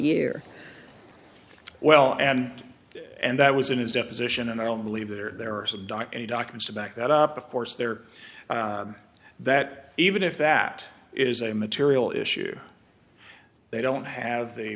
year well and and that was in his deposition and i don't believe there are some doc any documents to back that up of course there are that even if that is a material issue they don't have the